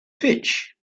pitch